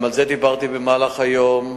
גם על זה דיברתי במהלך היום.